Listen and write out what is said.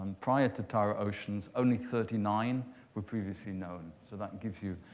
prior to tara oceans, only thirty nine were previously known. so that gives you,